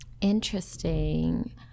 Interesting